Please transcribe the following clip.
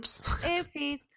Oopsies